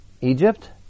Egypt